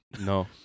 No